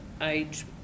age